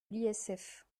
l’isf